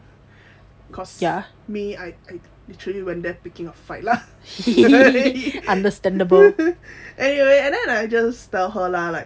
cause me I literally went there picking a fight lah anyway and then I just tell her lah like